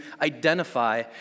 identify